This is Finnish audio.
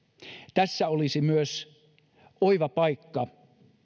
tässä olisi myös oiva paikka